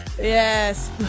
Yes